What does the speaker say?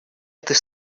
этой